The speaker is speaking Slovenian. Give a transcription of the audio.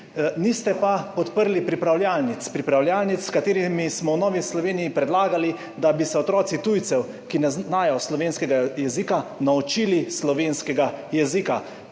Niste pa podprli pripravljalnic. Pripravljalnic, s katerimi smo v Novi Sloveniji predlagali, da bi se otroci tujcev, ki ne znajo slovenskega jezika, naučili slovenskega jezika.